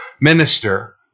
minister